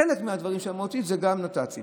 חלק מהדברים שאמרתי נוגעים גם לנת"צים,